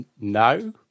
no